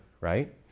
right